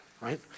right